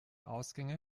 ausgänge